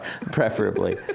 preferably